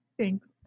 Thanks